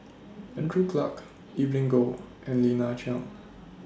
Andrew Clarke Evelyn Goh and Lina Chiam